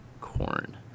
corn